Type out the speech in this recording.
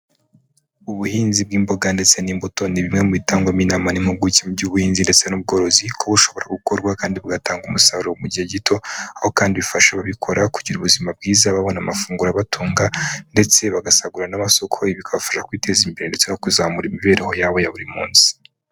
Ubuhinzi bw'imboga ndetse n'imbuto ni bimwe mu bitangwamo inama n'impuguke by'ubuhinzi ndetse n'ubworozi, kuko bushobora gukorwa kandi bugatanga umusaruro mu gihe gito, aho kandi bifasha ababikora kugira ubuzima bwiza babona amafunguro abatunga, ndetse bagasagurira n'amasoko, bikabafasha kwiteza imbere ndetse no kuzamura imibereho yabo ya buri munsi.